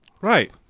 Right